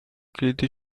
کلید